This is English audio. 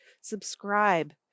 subscribe